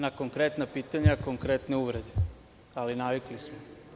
Na konkretna pitanja, konkretne uvrede, ali navikli smo.